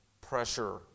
pressure